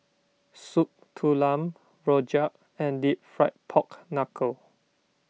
Soup Tulang Rojak and Deep Fried Pork Knuckle